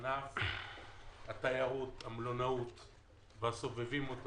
ענף התיירות, המלונאות והסובבים אותו